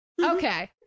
Okay